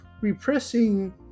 repressing